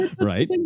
Right